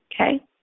Okay